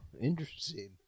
interesting